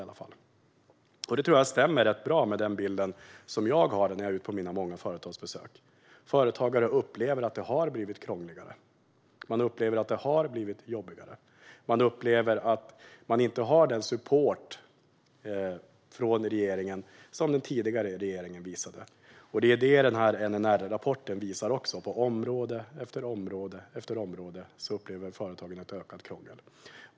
Detta tror jag stämmer rätt bra med den bild som jag har när jag är ute på mina många företagsbesök, nämligen att företagare upplever att det har blivit krångligare och att det har blivit jobbigare. De upplever att de inte har den support från regeringen som den tidigare regeringen visade. Det är det som också denna NNR-rapport visar. På område efter område upplever företagen ett ökat krångel.